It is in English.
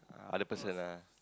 other person ah